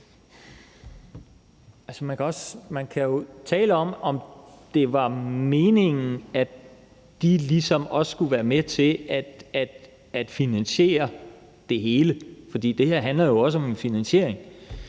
Man kan jo tale om, om det var meningen, at de ligesom også skulle være med til at finansiere det hele. For det her handler jo også om en finansiering.